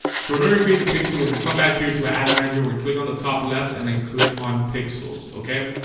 sort of i recreate the picture we're gonna come back here to our ad imagine we click on the top left and then click on pixels, okay,